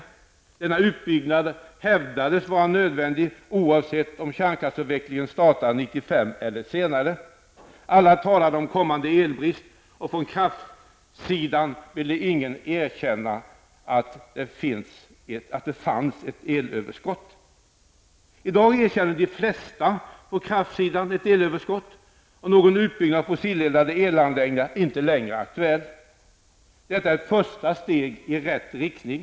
Man hävdade att denna utbyggnad var nödvändig, oavsett om kärnkraftsavvecklingen startade 1995 eller senare. Alla talade om kommande elbrist, och från kraftsidan ville ingen erkänna att det fanns ett elöverskott. I dag erkänner de flesta på kraftsidan att det finns ett elöverskott, och någon utbyggnad av fossileldade elanläggningar är inte längre aktuell. Detta är ett första steg i rätt riktning.